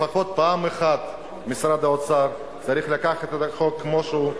לפחות פעם אחת משרד האוצר צריך לקחת את החוק כמו שהוא,